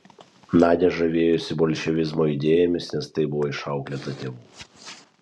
nadia žavėjosi bolševizmo idėjomis nes taip buvo išauklėta tėvų